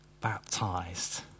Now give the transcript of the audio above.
baptized